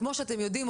כפי שאתם יודעים,